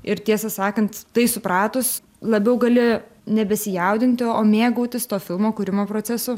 ir tiesą sakant tai supratus labiau gali nebesijaudinti o mėgautis to filmo kūrimo procesu